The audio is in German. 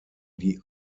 die